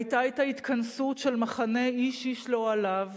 היתה ההתכנסות של מחנה איש איש לאוהליו